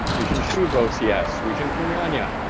regent hsu votes yes. regent kenyanya?